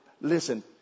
Listen